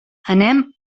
anem